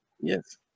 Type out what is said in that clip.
Yes